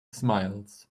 smiles